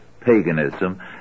paganism